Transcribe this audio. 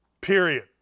period